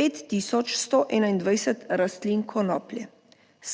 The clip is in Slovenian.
5 tisoč 121 rastlin konoplje,